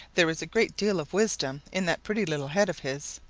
there is a great deal of wisdom in that pretty little head of his.